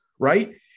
right